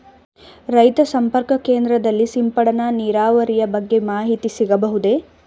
ರೈತ ಸಂಪರ್ಕ ಕೇಂದ್ರದಲ್ಲಿ ಸಿಂಪಡಣಾ ನೀರಾವರಿಯ ಬಗ್ಗೆ ಮಾಹಿತಿ ಸಿಗಬಹುದೇ?